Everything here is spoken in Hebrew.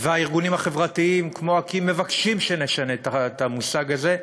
והארגונים החברתיים כמו אקי"ם מבקשים שנשנה את המושג הזה,